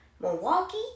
Milwaukee